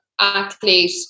athlete